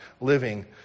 living